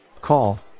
Call